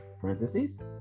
Parentheses